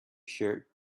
shirt